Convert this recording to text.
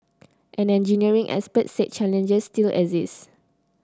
an engineering expert said challenges still exist